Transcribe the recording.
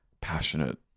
passionate